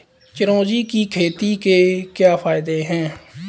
चिरौंजी की खेती के क्या फायदे हैं?